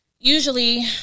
Usually